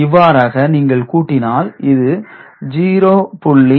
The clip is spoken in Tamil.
இவ்வாறாக நீங்கள் கூட்டினால் இது 0